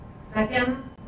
Second